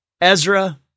Ezra